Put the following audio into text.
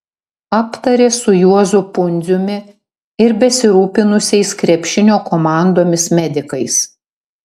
aptarė su juozu pundziumi ir besirūpinusiais krepšinio komandomis medikais